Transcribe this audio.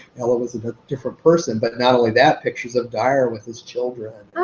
ella was a different person. but not only that, pictures of dyar with his children.